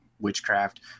witchcraft